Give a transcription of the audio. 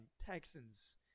Texans